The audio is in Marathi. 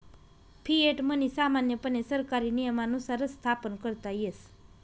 फिएट मनी सामान्यपणे सरकारी नियमानुसारच स्थापन करता येस